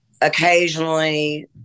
Occasionally